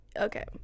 Okay